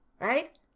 right